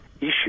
issue